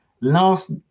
last